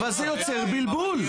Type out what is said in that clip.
אבל זה יוצר בלבול.